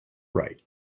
right